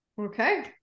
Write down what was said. Okay